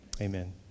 Amen